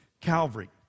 Calvary